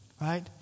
right